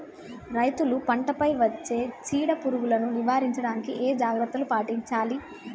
రైతులు పంట పై వచ్చే చీడ పురుగులు నివారించడానికి ఏ జాగ్రత్తలు పాటించాలి?